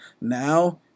now